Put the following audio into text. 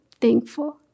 thankful